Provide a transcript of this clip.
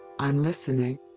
i'm listening.